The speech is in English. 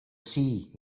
sea